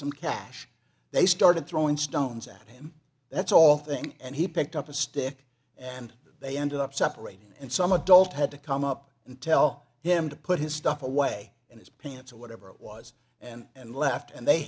some cash they started throwing stones at him that's all thing and he picked up a stick and they ended up separating and some adult had to come up and tell him to put his stuff away in his pants or whatever it was and left and they